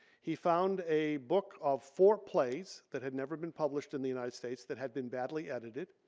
he found a book of four plays that had never been published in the united states that had been badly edited.